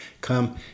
come